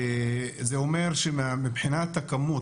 מבחינת הכמות,